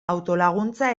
autolaguntza